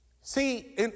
See